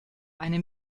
eine